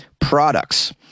products